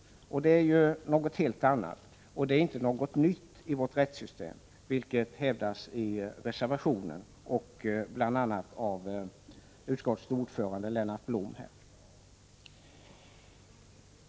Det är faktiskt något helt annat — och det är inte något nytt i vårt rättssystem, vilket hävdas i reservationen och av utskottets ordförande Lennart Blom.